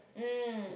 mm